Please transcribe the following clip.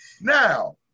Now